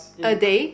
a day